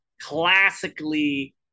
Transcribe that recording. classically